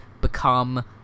become